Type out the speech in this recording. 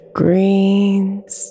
greens